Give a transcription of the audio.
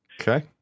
Okay